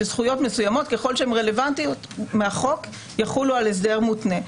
שזכויות מסוימות ככל שהן רלוונטיות מהחוק יחולו על הסדר מותנה,